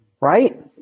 right